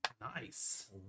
Nice